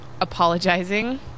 Apologizing